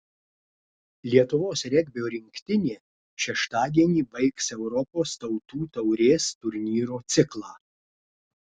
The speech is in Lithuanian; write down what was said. lietuvos regbio rinktinė šeštadienį baigs europos tautų taurės turnyro ciklą